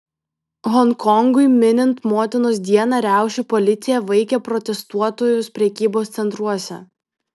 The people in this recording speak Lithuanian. honkongui minint motinos dieną riaušių policija vaikė protestuotojus prekybos centruose